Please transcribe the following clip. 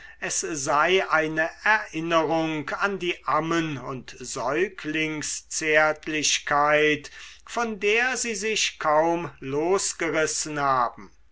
es sei eine erinnerung an die ammen und säuglingszärtlichkeit von der sie sich kaum losgerissen haben